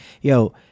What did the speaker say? Yo